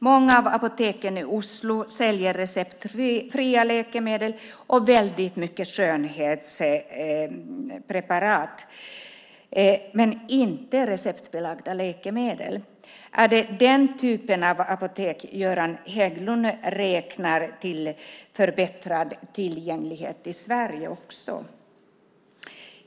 Många av apoteken i Oslo säljer receptfria läkemedel och väldigt mycket skönhetspreparat men inte receptbelagda läkemedel. Är det den typen av apotek Göran Hägglund räknar till förbättrad tillgänglighet i Sverige?